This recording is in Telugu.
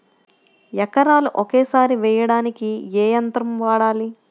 ఎకరాలు ఒకేసారి వేయడానికి ఏ యంత్రం వాడాలి?